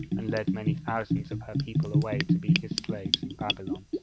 and led many thousands of her people away to be his slaves in babylon.